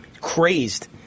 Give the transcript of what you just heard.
Crazed